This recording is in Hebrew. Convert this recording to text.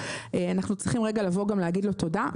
אנחנו צריכים לבוא ולומר לו תודה.